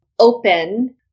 Open